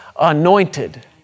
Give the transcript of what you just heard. anointed